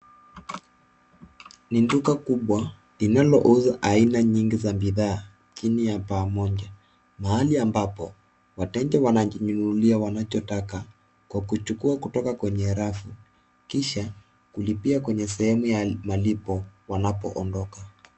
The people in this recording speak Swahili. Ni duka kubwa linalouza aina nyingi za bidhaa chini ya paa moja mahali ambapo wateja wanajinunulia kile wanachotaka kwa kuchukua kutoa kwenye rafu kisha kulipia kwenye sehemu ya malipo wanapoondoka.